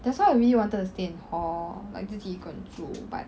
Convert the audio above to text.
that's why I really wanted to stay in hall like 自己一个人住 but